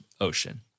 ocean